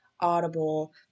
audible